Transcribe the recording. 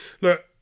look